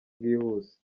bwihuse